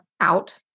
out